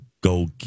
go